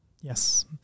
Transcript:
Yes